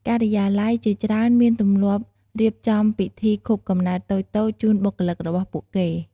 ការិយាល័យជាច្រើនមានទម្លាប់រៀបចំពិធីខួបកំណើតតូចៗជូនបុគ្គលិករបស់ពួកគេ។